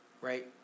right